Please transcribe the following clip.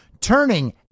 turning